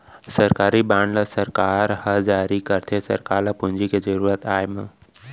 सरकारी बांड ल सरकार ह जारी करथे सरकार ल पूंजी के जरुरत आय म